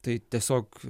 tai tiesiog